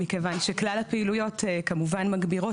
מכיוון שכלל הפעילויות כמובן מגבירות,